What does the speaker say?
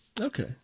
Okay